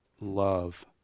love